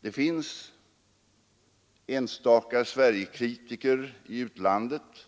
Det finns enstaka Sverigekritiker i utlandet